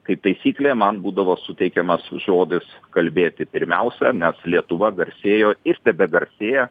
kaip taisyklė man būdavo suteikiamas žodis kalbėti pirmiausia nes lietuva garsėjo ir tebegarsėja